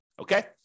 okay